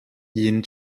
yen